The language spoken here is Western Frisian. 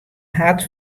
hat